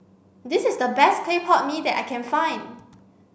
this is the best Clay Pot Mee that I can find